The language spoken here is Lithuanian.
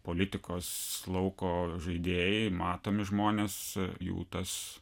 politikos lauko žaidėjai matomi žmonės jų tas